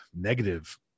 negative